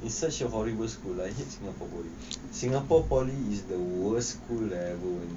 it's such a horrible school I hate singapore poly singapore poly is the worst school level